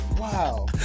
wow